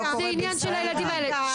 זה עניין של הילדים האלה.